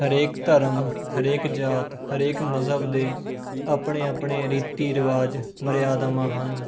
ਹਰੇਕ ਧਰਮ ਹਰੇਕ ਜਾਤ ਹਰੇਕ ਮਜ਼ਹਬ ਦੇ ਆਪਣੇ ਆਪਣੇ ਰੀਤੀ ਰਿਵਾਜ਼ ਮਰਿਆਦਾਵਾਂ ਹਨ